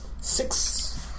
Six